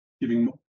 giving